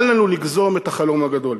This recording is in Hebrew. אל לנו לגנוז את החלום הגדול.